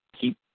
keep